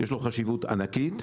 יש לו חשיבות ענקית,